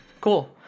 Cool